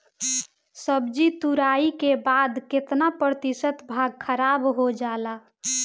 सब्जी तुराई के बाद केतना प्रतिशत भाग खराब हो जाला?